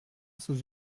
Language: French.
sous